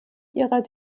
ihrer